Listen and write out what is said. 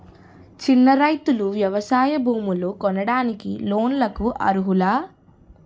చిన్న రైతులు వ్యవసాయ భూములు కొనడానికి లోన్ లకు అర్హులా?